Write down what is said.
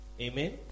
amen